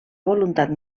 voluntat